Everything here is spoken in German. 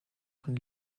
von